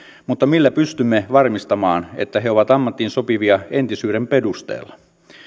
mutta millä pystymme varmistamaan että he ovat ammattiin sopivia entisyyden perusteella